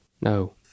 No